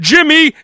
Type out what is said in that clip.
Jimmy